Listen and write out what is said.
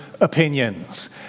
opinions